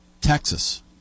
Texas